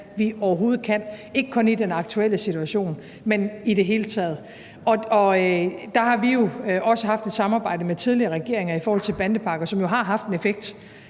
vi overhovedet kan, ikke kun i den aktuelle situation, men i det hele taget. Der har vi også haft et samarbejde med tidligere regeringer i forhold til bandepakker, som jo har haft en effekt.